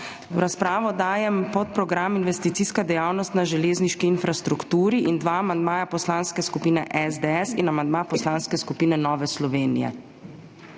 V razpravo dajem podprogram Investicijska dejavnost na železniški infrastrukturi in dva amandmaja poslanske skupine SDS in amandma Poslanske skupine Nova Slovenija.